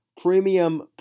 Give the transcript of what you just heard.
premium